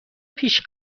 پیش